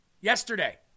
Yesterday